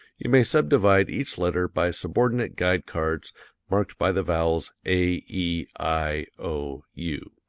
you may subdivide each letter by subordinate guide cards marked by the vowels, a, e, i, o, u.